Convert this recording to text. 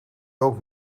ook